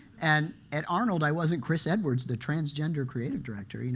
and at arnold, i wasn't chris edwards the transgender creative director. you know